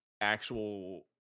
actual